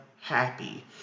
happy